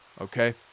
Okay